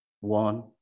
one